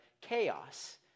chaos